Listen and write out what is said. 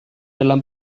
dalam